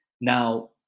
Now